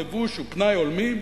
לבוש ופנאי הולמים,